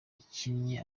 ikinnye